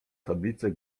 tablice